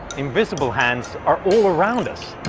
invisible hands are all around us.